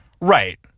Right